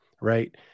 right